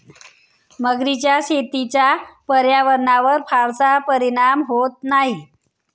मगरीच्या शेतीचा पर्यावरणावर फारसा परिणाम होत नाही